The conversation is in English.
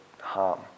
harm